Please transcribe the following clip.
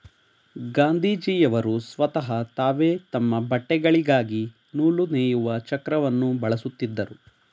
ಗಾಂಧೀಜಿಯವರು ಸ್ವತಹ ತಾವೇ ತಮ್ಮ ಬಟ್ಟೆಗಳಿಗಾಗಿ ನೂಲು ನೇಯುವ ಚಕ್ರವನ್ನು ಬಳಸುತ್ತಿದ್ದರು